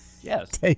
Yes